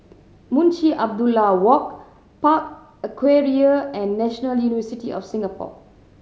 Munshi Abdullah Walk Park Aquaria and National University of Singapore